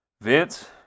Vince